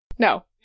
No